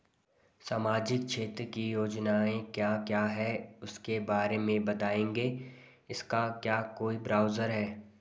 सामाजिक क्षेत्र की योजनाएँ क्या क्या हैं उसके बारे में बताएँगे इसका क्या कोई ब्राउज़र है?